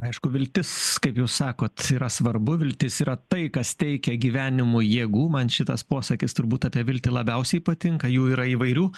aišku viltis kaip jūs sakot yra svarbu viltis yra tai kas teikia gyvenimui jėgų man šitas posakis turbūt apie viltį labiausiai patinka jų yra įvairių